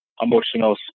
emotional